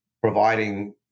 providing